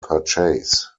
purchase